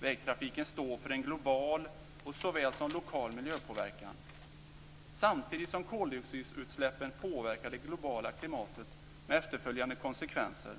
Vägtrafiken står för en global såväl som lokal miljöpåverkan. Samtidigt som koldioxidutsläppen påverkar det globala klimatet med efterföljande konsekvenser,